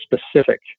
specific